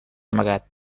amagat